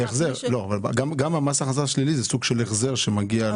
גם מס הכנסה שלילי זה הוא סוג של החזר שמגיע.